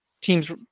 Teams